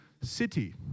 city